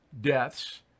deaths